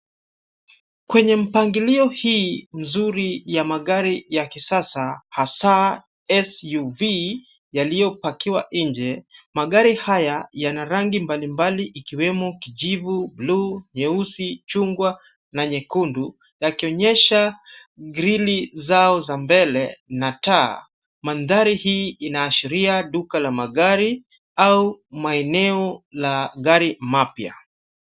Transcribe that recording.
Kwenye mpangilio hii mzuri ya magari ya kisasa hasa SUV yaliyopakiwa nje. Magari haya yana rangi mbalimbali ikiwemo kijivu, bluu, nyeusi, chungwa na nyekundu yakionyesha grili zao za mbele na taa. Mandhari hii inaashiria duka la magari au maeneo la gari mapya.